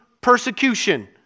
persecution